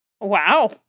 Wow